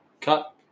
Cut